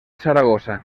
saragossa